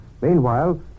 Meanwhile